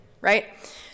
right